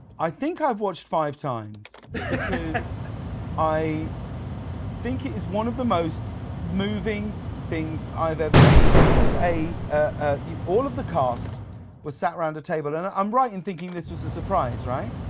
i think i've watched five times i think it is one of the most moving things i've ever seen. this was a ah all of the cast was sat around a table, and i'm writing thinking this was a surprise, right?